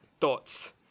thoughts